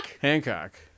Hancock